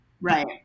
Right